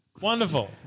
Wonderful